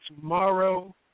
tomorrow